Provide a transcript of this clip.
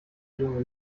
junge